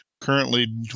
currently